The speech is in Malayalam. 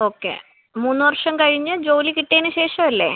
ഓക്കെ മൂന്ന് വർഷം കഴിഞ്ഞ് ജോലി കിട്ടിയതിനുശേഷമല്ലേ